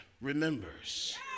remembers